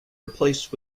replaced